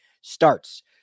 starts